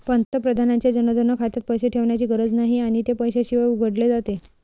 पंतप्रधानांच्या जनधन खात्यात पैसे ठेवण्याची गरज नाही आणि ते पैशाशिवाय उघडले जाते